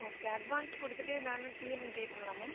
okay advance கொடுத்துட்டு balance EMI pay பண்ணலாமா